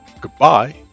Goodbye